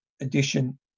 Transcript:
edition